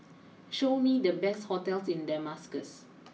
show me the best hotels in Damascus